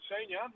Senior